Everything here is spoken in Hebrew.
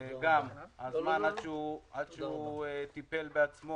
עד שהוא טיפל בעצמו